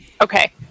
Okay